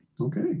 Okay